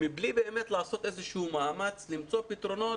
מבלי באמת לעשות איזשהו מאמץ למצוא פתרונות